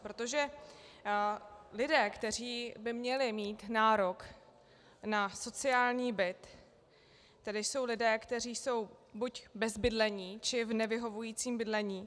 Protože lidé, kteří by měli mít nárok na sociální byt, tedy jsou lidé, kteří jsou buď bez bydlení, či v nevyhovujícím bydlení.